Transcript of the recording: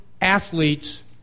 athletes